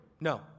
No